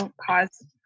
cause